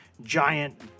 giant